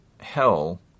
hell